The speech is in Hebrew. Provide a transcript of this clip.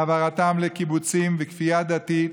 העברתם לקיבוצים וכפייה דתית.